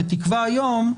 בתקווה היום,